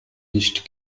nicht